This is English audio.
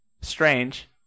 strange